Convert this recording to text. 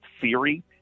theory